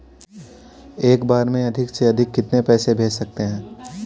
एक बार में अधिक से अधिक कितने पैसे भेज सकते हैं?